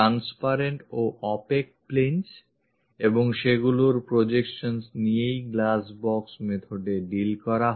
Transparent ও opaque planes এবং সেগুলোর projections নিয়েই glass box method এ deal করা হয়